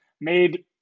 made